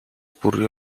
бүр